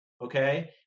okay